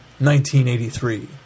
1983